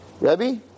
Rebbe